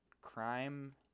crime